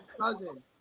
cousin